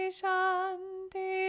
shanti